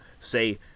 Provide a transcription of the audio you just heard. Say